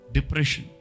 Depression